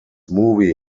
movie